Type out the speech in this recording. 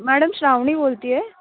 madam Shravani बोलते आहे